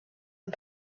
and